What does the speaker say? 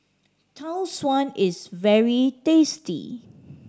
Tau Suan is very tasty